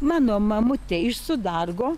mano mamutė iš sudargo